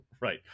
Right